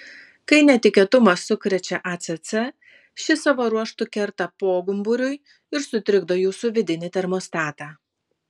kai netikėtumas sukrečia acc ši savo ruožtu kerta pogumburiui ir sutrikdo jūsų vidinį termostatą